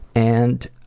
and